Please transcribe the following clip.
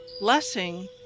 Blessing